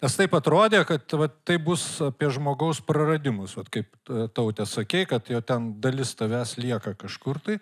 nes taip atrodė kad vat tai bus apie žmogaus praradimus vat kaip taute sakei kad jo ten dalis tavęs lieka kažkur tai